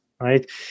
right